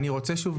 אני רוצה שוב,